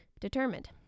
determined